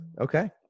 Okay